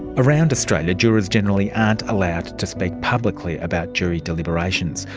around australia, jurors generally aren't allowed to speak publicly about jury deliberations,